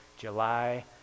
July